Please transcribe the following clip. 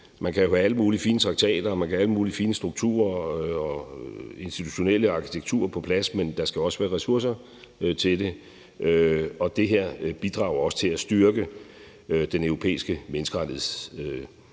man kan have alle mulige fine traktater og alle mulige fine strukturer og institutionel arkitektur på plads, men der skal også være ressourcer til det, og det her bidrager også til at styrke den europæiske menneskerettighedsdomstol,